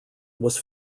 was